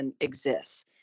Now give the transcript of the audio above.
exists